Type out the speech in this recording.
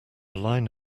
line